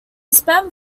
spent